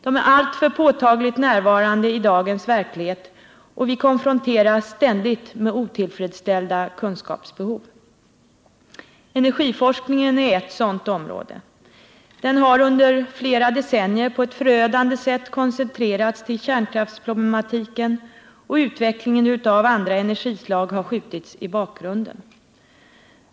De är alltför påtagligt närvarande i dagens verklighet, och vi konfronteras ständigt med otillfreds ställda kunskapsbehov. Energiforskningen är ett sådant område. Den har under flera decennier på ett förödande sätt koncentrerats till kärnkraftsproblematiken, och utvecklingen av andra energislag har skjutits i bakgrunden.